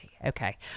Okay